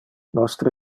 nostre